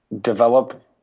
develop